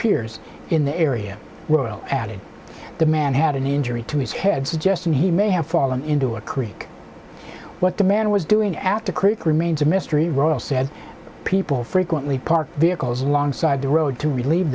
appears in the area world added the man had an injury to his head suggesting he may have fallen into a creek what the man was doing at the creek remains a mystery ross said people frequently parked vehicles alongside the road to relieve